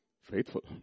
Faithful